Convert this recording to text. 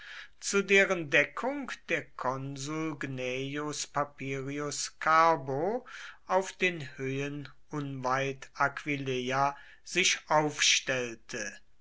zu deren deckung der konsul gnaeus papirius carbo auf den höhen unweit aquileia sich aufstellte